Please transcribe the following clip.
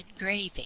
engraving